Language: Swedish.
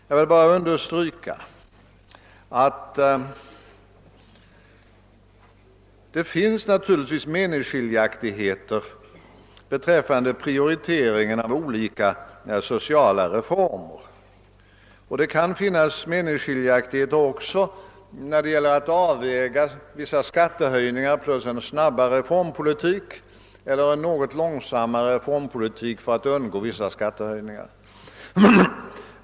Jag vill bara understryka att det naturligtvis finns meningsskiljaktigheter beträffande prioriteringen av olika sociala reformer och att det kan finnas meningsskiljaktigheter också när det gäller att avväga vissa skattehöjningar mot en snabbare reformpolitik eller en något långsammare reformpolitik för att undgå vissa skattehöjningar.